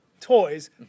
toys